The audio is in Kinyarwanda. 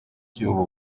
by’ubu